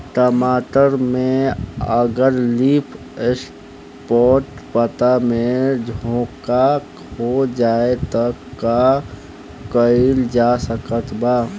टमाटर में अगर लीफ स्पॉट पता में झोंका हो जाएँ त का कइल जा सकत बा?